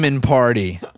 Party